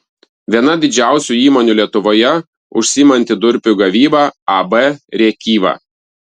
viena didžiausių įmonių lietuvoje užsiimanti durpių gavyba ab rėkyva